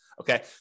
Okay